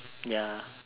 ya